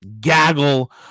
gaggle